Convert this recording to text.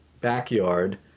backyard